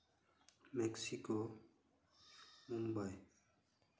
Mexico Mumbai